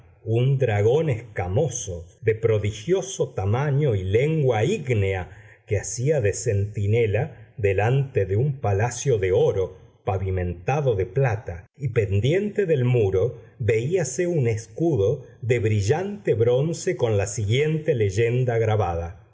un dragón escamoso de prodigioso tamaño y lengua ígnea que hacía de centinela delante de un palacio de oro pavimentado de plata y pendiente del muro veíase un escudo de brillante bronce con la siguiente leyenda grabada